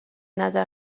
نظر